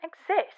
exist